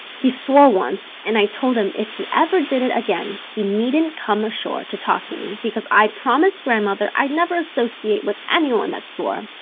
he swore once and i told him if he ever did it again he needn't come ashore to talk to me because i'd promised grandmother i'd never associate with anybody that swore.